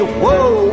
whoa